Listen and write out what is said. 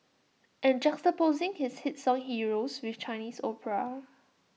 and juxtaposing his hit song heroes with Chinese opera